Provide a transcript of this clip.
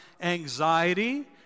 anxiety